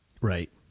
Right